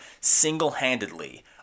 single-handedly